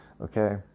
Okay